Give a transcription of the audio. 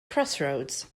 crossroads